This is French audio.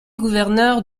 gouverneur